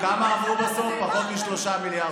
ולכמה דקות שאני מדבר אני קורא לנאום